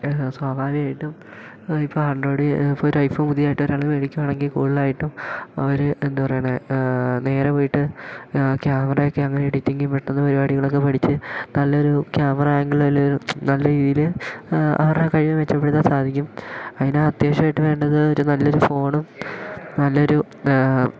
സ്വാഭാവികമായിട്ടും ഇപ്പം ആൻഡ്രോഡ് ഇപ്പം ഒരു ഐഫോൺ പുതിയതായിട്ട് ഒരാൾ മേടിക്കുകയാണെങ്കിൽ കൂടുതലായിട്ടും അവർ എന്താ പറയുന്നത് നേരെ പോയിട്ട് ക്യാമറയൊക്കെ അങ്ങനെ എഡിറ്റിങ്ങും പെട്ടെന്ന് പരിപാടികളൊക്കെ പഠിച്ച് നല്ലൊരു ക്യാമറ ആംഗിൾ നല്ല രീതിയിൽ അവരുടെ കഴിവ് മെച്ചപ്പെടുത്താൻ സാധിക്കും അതിന് അത്യാവശ്യമായിട്ട് വേണ്ടത് ഒരു നല്ലൊരു ഫോണും നല്ലൊരു